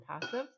passive